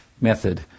method